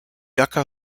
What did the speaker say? yucca